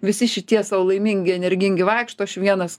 visi šitie sau laimingi energingi vaikšto aš vienas